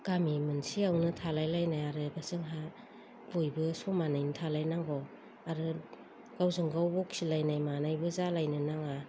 गामि मोनसेयावनो थालायलायनाय आरो जोंहा बयबो समानैनो थालायनांगौ आरो गावजोंगाव बखिलायनाय मानाय जालायनो नाङा